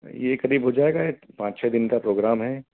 यह करीब हो जाएगा एक पाँच छः दिन का प्रोग्राम है